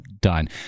done